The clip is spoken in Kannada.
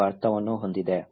ಎಂಬ ಅರ್ಥವನ್ನು ಹೊಂದಿದೆ